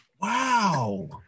Wow